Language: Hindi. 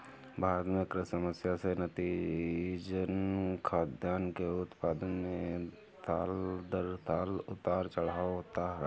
भारत में कृषि समस्याएं से नतीजतन, खाद्यान्न के उत्पादन में साल दर साल उतार चढ़ाव होता रहता है